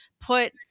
put